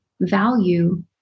value